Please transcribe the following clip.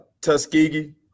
Tuskegee